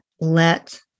let